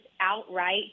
outright